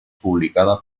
publicada